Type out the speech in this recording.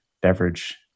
beverage